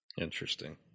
Interesting